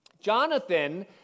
Jonathan